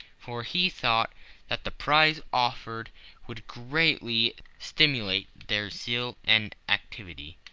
for he thought that the prize offered would greatly stimulate their zeal and activity.